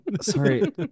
Sorry